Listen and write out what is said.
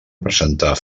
presentar